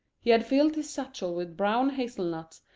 he had filled his satchel with brown hazel nuts,